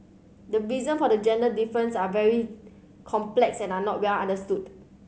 the reasons for the gender difference are very complex and are not well understood